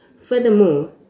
Furthermore